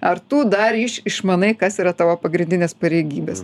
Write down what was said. ar tu dar iš išmanai kas yra tavo pagrindinės pareigybės